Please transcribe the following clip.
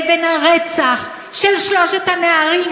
לבין הרצח של שלושת הנערים,